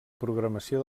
programació